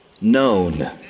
known